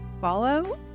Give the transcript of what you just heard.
Follow